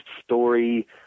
story